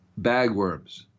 bagworms